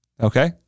Okay